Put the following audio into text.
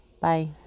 Bye